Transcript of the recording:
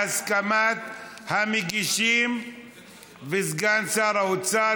בהסכמת המגישים וסגן שר האוצר,